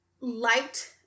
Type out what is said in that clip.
liked